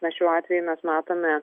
nes šiuo atveju mes matome